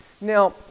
now